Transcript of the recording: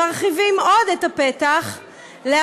מרחיבים עוד את הפתח להכשיר